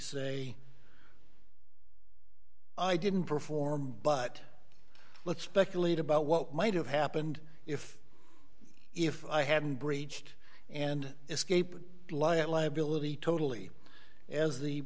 say i didn't perform but let's speculate about what might have happened if if i have breached and escape lie at liability totally as the